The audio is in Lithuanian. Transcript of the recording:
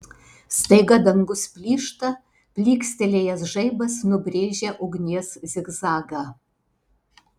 staiga dangus plyšta plykstelėjęs žaibas nubrėžia ugnies zigzagą